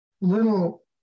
little